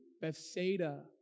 Bethsaida